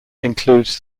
includes